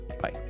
bye